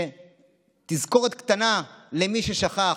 תזכורת קטנה למי ששכח,